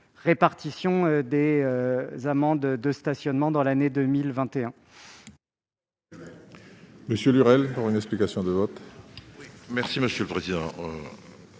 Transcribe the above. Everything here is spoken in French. répartition des amendes de stationnement au titre de 2021